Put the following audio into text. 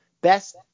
best